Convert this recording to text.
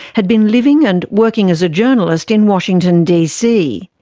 had been living and working as a journalist in washington dc.